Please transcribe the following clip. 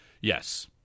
Yes